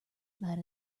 that